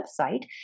website